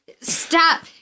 Stop